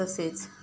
तसेच